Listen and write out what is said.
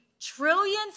trillions